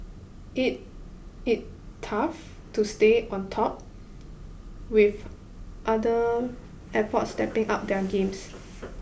it it tough to stay on top with other airports stepping up their game